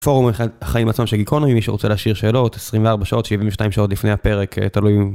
פורום "החיים עצמם" של איקונין מי שרוצה להשאיר שאלות 24 שעות 72 שעות לפני הפרק תלוי..